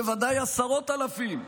בוודאי עשרות אלפים.